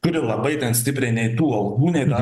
turi labai stipriai nei tų algų nei dar